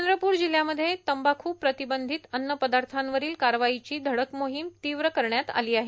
चंद्रपूर जिल्ह्यामध्ये तंबाखू प्रतिबंधित अन्नपदार्थावरील कारवाईची धडक मोहीम तीव्र करण्यात आली आहे